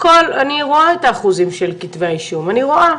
אני רואה את האחוזים של כתבי האישום אני רואה,